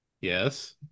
Yes